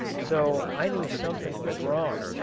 so i knew something was wrong,